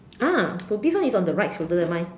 ah so this one is on the right shoulder eh mine